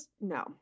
No